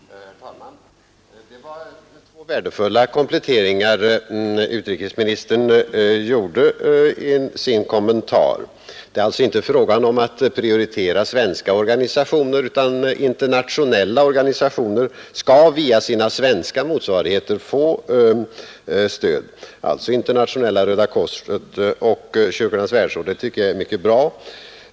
Herr talman! Det var två värdefulla kompletteringar utrikesministern gjorde i sin kommentar. Det är alltså inte fråga om att prioritera svenska organisationer, utan internationella organisationer skall via sina svenska motsvarigheter få stöd — t.ex. Internationella röda korset och Kyrkornas världsråd. Det tycker jag är mycket bra.